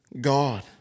God